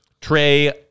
Trey